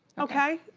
okay?